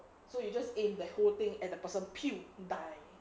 so you just aim the whole thing at the person pew die